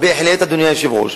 אבל בהחלט, אדוני היושב-ראש,